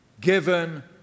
given